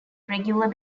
regular